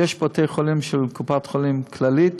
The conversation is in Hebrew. יש בתי-חולים של קופת-חולים כללית,